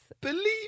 Believe